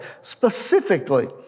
specifically